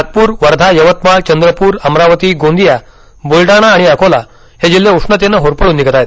नागपूर वर्धा यवतमाळ चंद्रपूर अमरावती गोंदिया ब्लडाणा आणि अकोला हे जिल्हे उष्णतेनं होरपळून निघत आहेत